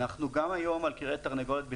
ואנחנו גם היום על כרעי תרנגולת,